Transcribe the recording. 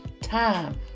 time